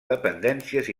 dependències